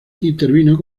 intervino